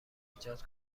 ایجاد